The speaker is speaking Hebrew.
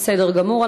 בסדר גמור.